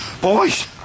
Boys